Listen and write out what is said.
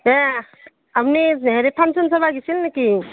এইয়া আপুনি হেৰি ফাংচন চাব গৈছিল নেকি